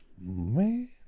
man